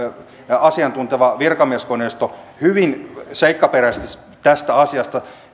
asiantunteva virkamieskoneisto hyvin seikkaperäisesti tästä asiasta